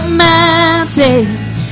mountains